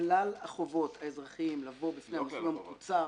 כלל החובות האזרחיים לבוא בפני המסלול המקוצר